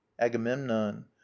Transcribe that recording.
agamemnon